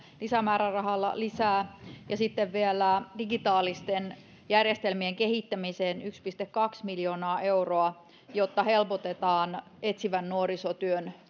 lisämäärärahalla ja sitten vielä digitaalisten järjestelmien kehittämiseen yksi pilkku kaksi miljoonaa euroa jotta helpotetaan etsivän nuorisotyön